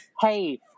hey